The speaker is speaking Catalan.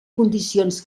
condicions